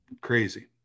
Crazy